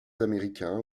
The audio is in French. américains